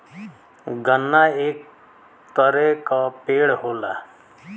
गन्ना एक तरे क पेड़ होला